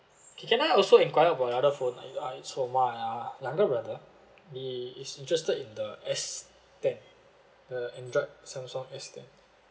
okay can I also enquire about the other phone it is for my uh younger brother he is interested in the S ten the android samsung S ten